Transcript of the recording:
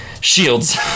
Shields